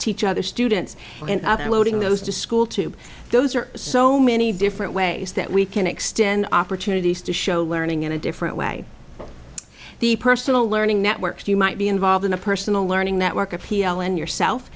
teach other students and loading those to school tube those are so many different ways that we can extend opportunities to show learning in a different way the personal learning network you might be involved in a personal learning network appeal and yourself